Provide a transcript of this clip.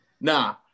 Nah